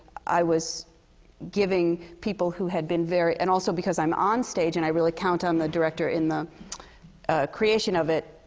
i was giving people who had been very and also because i'm on stage, and i really count on the director in the creation of it,